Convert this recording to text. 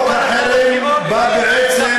חוק החרם בא בעצם,